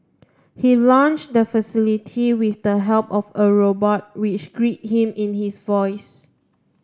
he launched the facility with the help of a robot which greeted him in his voice